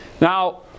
Now